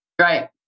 Right